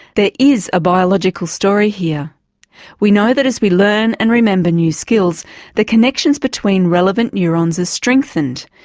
there is a biological story here we know that as we learn and remember new skills the connections between relevant neurons is strengthened.